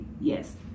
yes